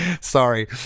sorry